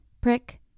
Prick